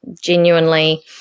genuinely